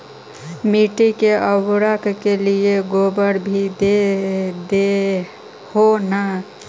मिट्टी के उर्बरक के लिये गोबर भी दे हो न?